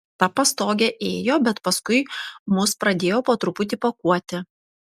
ta pastogė ėjo bet paskui mus pradėjo po truputį pakuoti